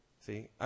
See